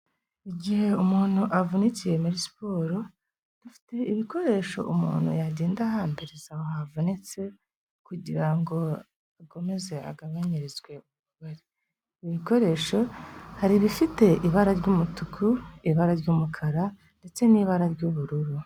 Igihe umuntu avunikiye muri siporo, afite ibikoresho umuntu yagenda ahambiriza aho havunitse kugira ngo akomeze agabanyirizwe ububabare. Ibikoresho hari ibifite ibara ry'umutuku, ibara ry'umukara, ndetse n'ibara ry'ubururu.